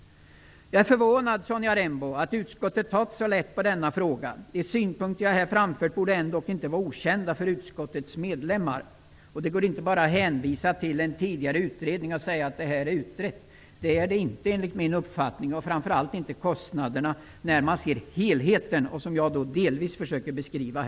Jag är förvånad, Sonja Rembo, att utskottet tagit så lätt på denna fråga. De synpunkter jag här framfört borde ändock inte vara okända för utskottets medlemmar. Det går inte att hänvisa till en tidigare utredning och säga att frågan redan är utredd. Det är den inte enligt min uppfattning, framför allt inte kostnaderna, när man ser till helheten, som jag delvis försöker beskriva.